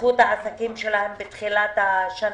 שפתחו את העסקים שלהם בתחילת השנה.